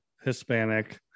Hispanic